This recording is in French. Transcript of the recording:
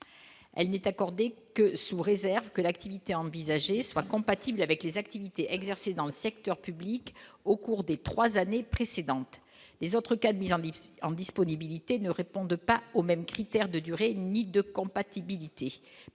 elle n'est accordée que sous réserve que l'activité envisagée soit compatible avec les activités exercées dans le secteur public au cours des 3 années précédentes, les autres cas mise en Libye, en disponibilité ne répondent pas aux mêmes critères de durée ni de compatibilité